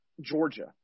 Georgia